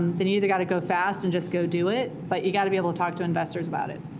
then you either got to go fast and just go do it, but you got to be able to talk to investors about it.